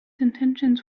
intentions